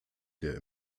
der